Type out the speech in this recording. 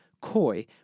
coy